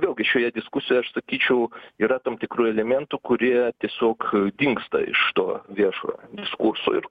vėlgi šioje diskusijoje aš sakyčiau yra tam tikrų elementų kurie tiesiog dingsta iš to viešojo diskurso ir